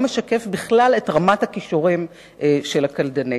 משקף בכלל את רמת הכישורים של הקלדנית.